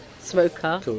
smoker